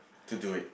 to do it